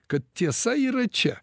kad tiesa yra čia